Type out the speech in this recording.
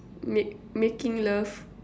make making love